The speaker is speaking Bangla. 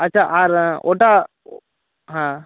আচ্ছা আর ওটা ও হ্যাঁ